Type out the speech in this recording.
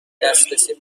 دسترسی